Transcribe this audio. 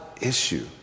issue